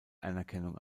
anerkennung